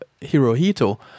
Hirohito